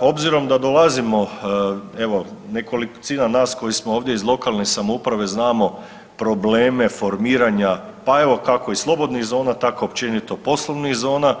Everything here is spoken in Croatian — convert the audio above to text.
Obzirom da dolazimo, evo nekolicina nas koji smo ovdje iz lokalne samouprave znamo probleme formiranja pa evo kako i slobodnih zona tako općenito poslovnih zona